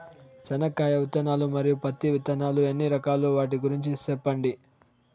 చెనక్కాయ విత్తనాలు, మరియు పత్తి విత్తనాలు ఎన్ని రకాలు వాటి గురించి సెప్పండి?